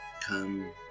Come